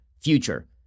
future